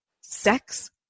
sex